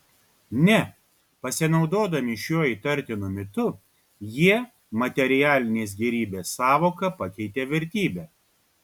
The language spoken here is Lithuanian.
ne pasinaudodami šiuo įtartinu mitu jie materialinės gėrybės sąvoką pakeitė vertybe